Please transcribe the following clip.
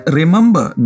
remember